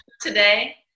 today